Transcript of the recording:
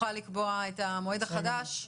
נוכל לקבוע את המועד החדש,